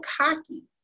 cocky